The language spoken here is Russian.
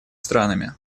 странами